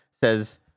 says